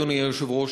אדוני היושב-ראש,